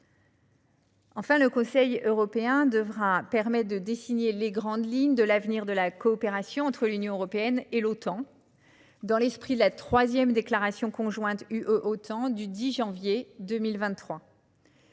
Sénat. Le Conseil européen devra aussi permettre de dessiner les grandes lignes de l'avenir de la coopération entre l'Union européenne et l'Otan, dans l'esprit de la troisième déclaration conjointe sur la coopération du 10 janvier 2023.